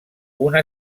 una